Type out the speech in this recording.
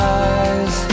eyes